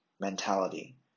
mentality